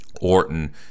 Orton